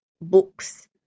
books